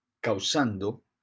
causando